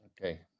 Okay